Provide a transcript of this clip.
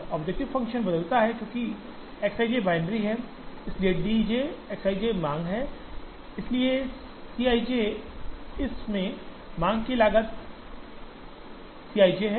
objective function बदलता है क्योंकि X i j बियनरी है इसलिए D j X i j मांग है इसलिए C i j इस में माँग पर लागत C i j है